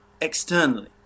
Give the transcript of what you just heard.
externally